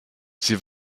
sie